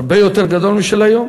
הרבה יותר גדול משל היום,